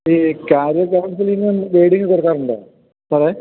ഈ കാര്യം കൗണ്സിലിംഗ് ഒന്നും ഗൈഡിങ് കൊടുക്കാറുണ്ടോ ങേ